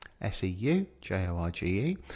S-E-U-J-O-R-G-E